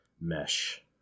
mesh